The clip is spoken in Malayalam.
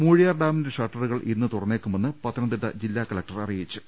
മൂഴിയാർ ഡാമിന്റെ ഷട്ടറുകൾ ഇന്ന് തുറന്നേക്കുമെന്ന് പത്തനംതിട്ട ജില്ലാ കലക്ടർ അറിയിച്ചു